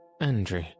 Andrew